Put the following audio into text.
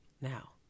Now